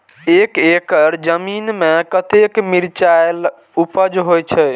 एक एकड़ जमीन में कतेक मिरचाय उपज होई छै?